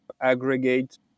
aggregate